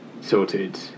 sorted